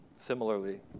Similarly